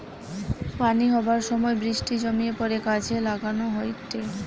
পানি হবার সময় বৃষ্টি জমিয়ে পড়ে কাজে লাগান হয়টে